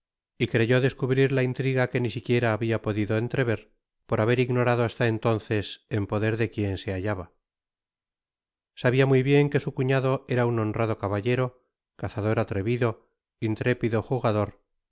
y creyó descubrir la intriga que ni siquiera habia podido entrever por haber ignorado hasta entonces en poder de quien se hallaba sabia muy bien que su cuñado era un honrado caballero cazador atrevido intrépido jugador